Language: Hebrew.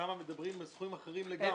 שם מדברים על סכומים אחרים לגמרי.